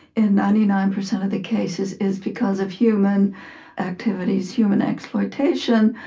in ninety nine percent of the cases, is because of human activities, human exploitation,